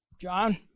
John